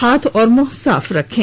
हाथ और मुंह साफ रखें